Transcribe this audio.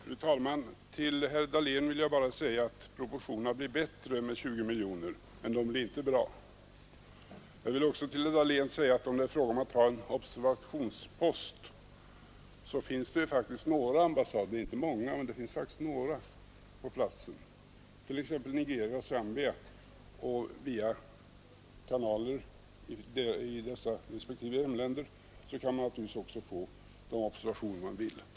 Fru talman! Till herr Dahlén vill jag bara säga att proportionerna blir bättre med 20 miljoner, men de blir inte bra. Jag vill också till herr Dahlén säga att om det är fråga om att ha en observationspost, så finns det faktiskt några ambassader — inte många men faktiskt några — på platsen, t.ex. Nigeria och Zambia. Via kanaler i dessa respektive länder kan man naturligtvis också få de observationer man vill ha.